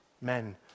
Men